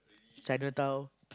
Chinatown